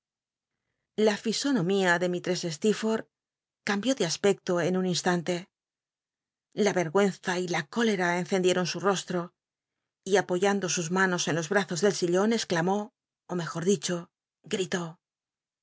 la fisonomía de mistress slecrforlh cambió de aspecto en un instante la ct'gücnza y la cóle a encendieton su rostro y apoyando sus manos en los brazos del sillon exclamó ó mejor dicho